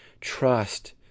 trust